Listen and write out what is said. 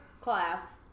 Class